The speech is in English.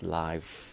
life